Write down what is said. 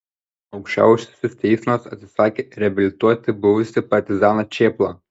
aukščiausiasis teismas atsisakė reabilituoti buvusį partizaną čėplą